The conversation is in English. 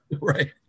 Right